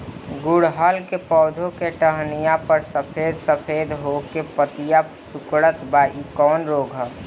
गुड़हल के पधौ के टहनियाँ पर सफेद सफेद हो के पतईया सुकुड़त बा इ कवन रोग ह?